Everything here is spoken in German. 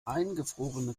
eingefrorene